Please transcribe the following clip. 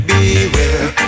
Beware